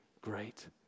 great